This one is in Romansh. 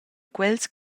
quels